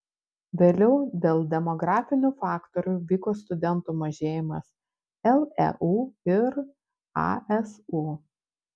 vėliau dėl demografinių faktorių vyko studentų mažėjimas leu ir asu